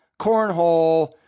cornhole